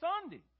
Sunday